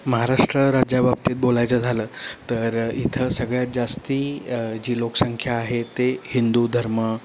महाराष्ट्र राज्याबाबतीत बोलायचं झालं तर इथं सगळ्यात जास्ती जी लोकसंख्या आहे ते हिंदू धर्म